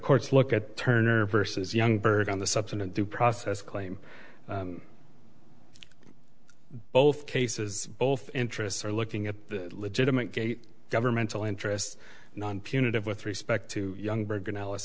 courts look at turner versus young bird on the substantive due process claim both cases both interests are looking at the legitimate gate governmental interests non punitive with respect to young bergen alice